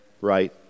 right